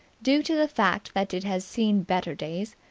due to the fact that it has seen better days.